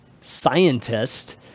scientist